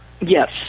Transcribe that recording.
Yes